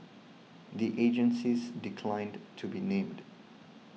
the agencies declined to be named